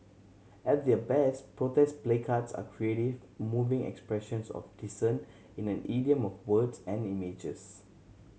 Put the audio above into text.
at their best protest placards are creative moving expressions of dissent in the idiom of words and images